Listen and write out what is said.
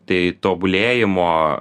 tai tobulėjimo